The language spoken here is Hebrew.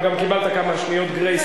וגם קיבלת כמה שניות "גרייס".